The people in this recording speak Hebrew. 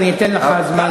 ואני אתן לך זמן,